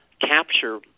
capture